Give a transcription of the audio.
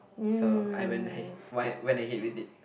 so I went hey went ahead with it